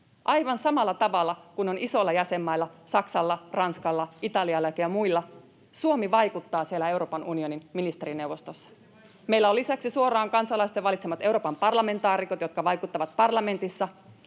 aivan samalla tavalla kuin on isoilla jäsenmailla Saksalla, Ranskalla, Italialla ja muilla. Suomi vaikuttaa siellä Euroopan unionin ministerineuvostossa. [Välihuuto perussuomalaisten ryhmästä] Meillä on lisäksi suoraan kansalaisten valitsemat Euroopan parlamentaarikot, jotka vaikuttavat parlamentissa.